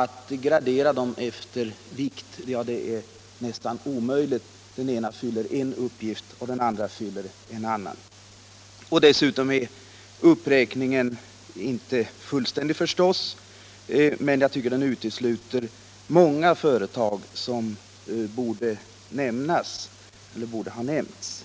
att gradera dem efter vikt är nästan omöjligt. Den ena fyller en uppgift, den andra fyller en annan. Dessutom är uppräkningen naturligtvis inte fullständig. Den utesluter många järnvägar som borde ha nämnts.